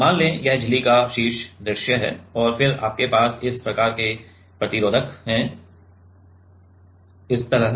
तो मान लें कि यह झिल्ली का शीर्ष दृश्य है और फिर आपके पास इस तरह के प्रतिरोधक हैं इस तरह इस तरह